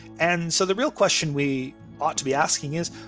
and so the real question we ought to be asking is,